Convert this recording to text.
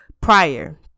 prior